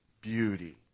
beauty